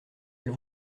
elle